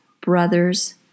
brother's